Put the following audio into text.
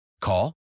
Call